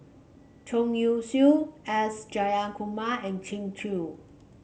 Chong Ying Siew S Jayakumar and Kin Chui